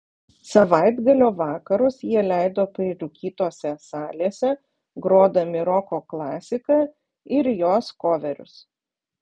savaitgalio vakarus jie leido prirūkytose salėse grodami roko klasiką ir jos koverius